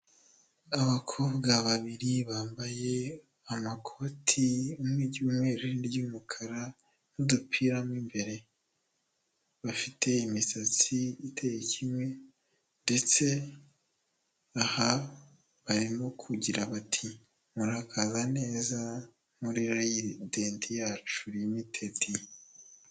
Abakobwa babiri bambaye amakoti umwe iry'umweru irindi iry'umukara n'udupira mo imbere, bafite imisatsi iteye kimwe ndetse barimo kugira bati "murakaza neza muri Radiant yacu limitedi".